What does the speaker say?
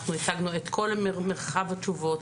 אנחנו הצגנו את כל מרחב התשובות.